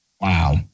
Wow